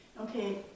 Okay